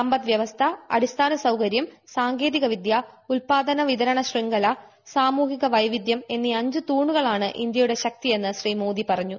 സമ്പദ് വൃവസ്ഥ അടിസ്ഥാന സൌകര്യം സാങ്കേതിക വിദ്യ ഉല്പ്പാദന വിതരണ ശൃംഖല സാമൂഹിക വൈവിധ്യം എന്നീ അഞ്ച് തൂണുകളാണ് ഇന്ത്യയുടെ ശക്തിയെന്ന് ശ്രീ മോദി പറഞ്ഞു